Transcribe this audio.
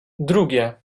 drugie